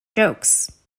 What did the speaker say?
jokes